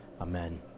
Amen